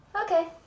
Okay